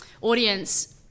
audience